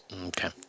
Okay